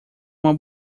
uma